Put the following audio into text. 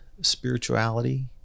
spirituality